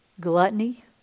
gluttony